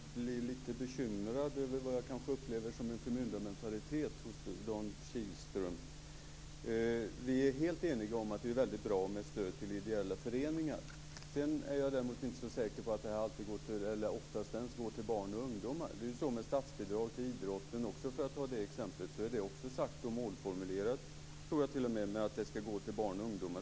Fru talman! Jag blev lite bekymrad över det som jag upplever som en förmyndarmentalitet hos Dan Kihlström. Vi är helt eniga om att det är väldigt bra med stöd till ideella föreningar. Sedan är jag däremot inte säker på att pengarna går till barn och ungdomar. Även när det gäller statsbidragen till idrotten är det sagt att de skall gå till barn och ungdomar.